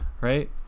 right